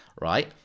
right